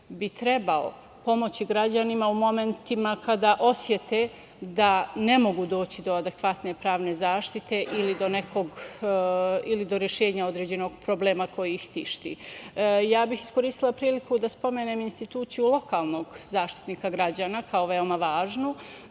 bi trebao pomoći građanima u momentima kada osete da ne mogu doći do adekvatne pravne zaštite ili do rešenja određenog problema koji ih tišti. Iskoristila bih priliku da spomenem instituciju lokalnog Zaštitnika građana kao veoma važnu.